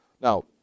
Now